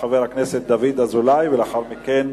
חבר הכנסת דוד אזולאי, ולאחר מכן